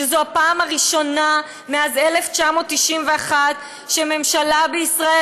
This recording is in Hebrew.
שזאת הפעם הראשונה מאז 1991 שממשלה בישראל